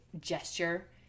gesture